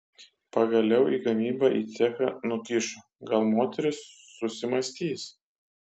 pagaliau į gamybą į cechą nukišo gal moteris susimąstys